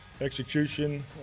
Execution